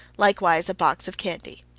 likewise a box of candy.